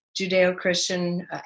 Judeo-Christian